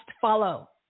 Follow